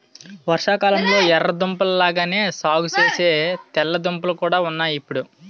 వర్షాకాలంలొ ఎర్ర దుంపల లాగానే సాగుసేసే తెల్ల దుంపలు కూడా ఉన్నాయ్ ఇప్పుడు